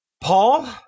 Paul